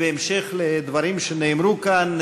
בהמשך לדברים שנאמרו כאן,